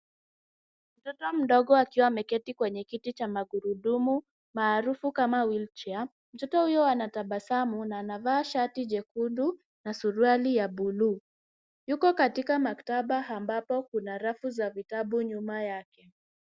Mtoto mdogo akiwa ameketi kwenye kiti cha magurudumu maarufu kama wheelchair . Mtoto huyo anatabasamu na anavaa shati jekundu na suruali ya bluu. Yuko katika maktaba ambapo kuna rafu za vitabu nyuma yake.